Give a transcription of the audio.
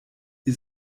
ihr